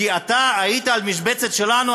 כי אתה היית על משבצת שלנו,